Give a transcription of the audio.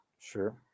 Sure